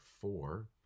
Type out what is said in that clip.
four